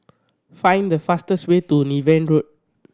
find the fastest way to Niven Road